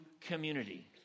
community